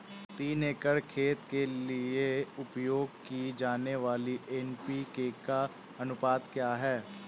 तीन एकड़ खेत के लिए उपयोग की जाने वाली एन.पी.के का अनुपात क्या है?